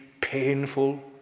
painful